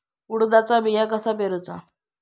उडदाचा बिया कसा पेरूचा?